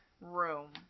room